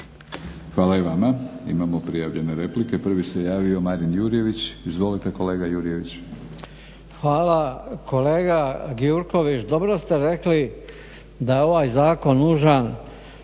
Hvala i vama. Imamo prijavljene replike. Prvi se javio Marin Jurjević. Izvolite kolega Jurjević. **Jurjević, Marin (SDP)** Hvala. Kolega Gjurković dobro ste rekli da je ovaj zakon nužan